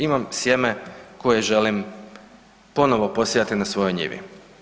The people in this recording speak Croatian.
Imam sjeme koje želim ponovo posijati na svojoj njivi.